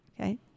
Okay